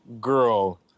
girl